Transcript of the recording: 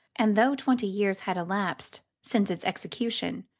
and, though twenty years had elapsed since its execution,